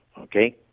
Okay